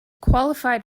qualified